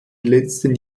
letzten